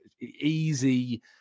easy